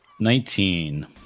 Nineteen